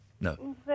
No